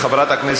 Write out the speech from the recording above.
זכאות בני משפחה),